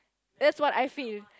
that's what I feel